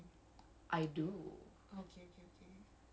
so now we're friends on tiktok